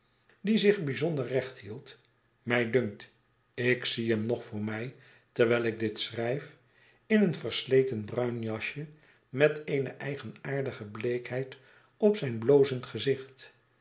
die zich bijzonder recht hield mij dunkt ik zie hem nog voor mij terwijl ik dit schrijf in een versleten bruin jasje met eene eigenaardige bleekheid op zijn blozend gezicht